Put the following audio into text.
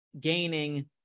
gaining